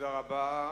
תודה רבה.